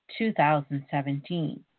2017